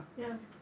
ya